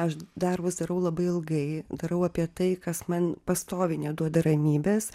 aš darbus darau labai ilgai darau apie tai kas man pastoviai neduoda ramybės